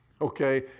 Okay